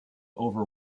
over